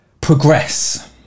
progress